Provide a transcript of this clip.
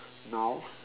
now